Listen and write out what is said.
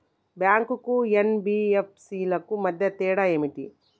Bank కు NBFC కు మధ్య తేడా ఏమిటి?